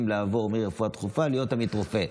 לעבור מרפואה דחופה להיות עמית רופא.